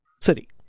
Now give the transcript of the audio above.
city